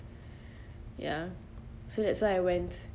ya so that's why I went